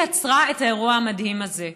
היא יצרה את האירוע המדהים הזה.